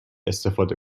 استفاده